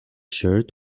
shirt